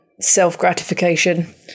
self-gratification